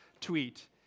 tweet